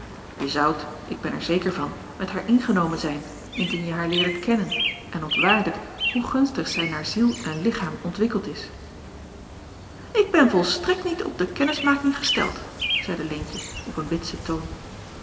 je zoudt ik ben er zeker van met haar ingenomen zijn indien je haar leerdet kennen en ontwaardet hoe gunstig zij naar ziel en lichaam ontwikkeld is ik ben volstrekt niet op de kennismaking gesteld zeide leentje op een bitsen toon